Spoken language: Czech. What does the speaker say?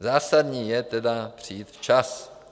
Zásadní je tedy přijít včas.